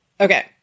Okay